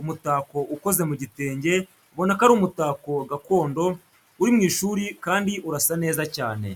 Umutako ukomeze mu gitenge ubona ko ari umutako gakondo, uri mu ishuri kandi urasa neza cyane.